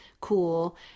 cool